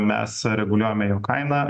mes reguliuojame jo kainą